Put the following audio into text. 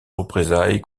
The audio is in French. représailles